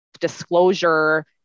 disclosure